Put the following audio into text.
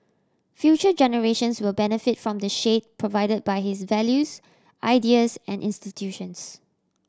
future generations will benefit from the shade provided by his values ideas and institutions